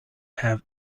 have